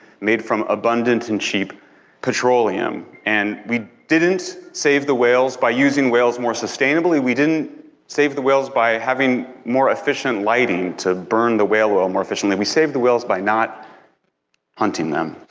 made from abundant and cheap petroleum, and, we didn't save the whales by using whales more sustainably, we didn't save the whales by having more efficient lighting to burn the whale oil more efficiently. we saved the whales by not hunting them.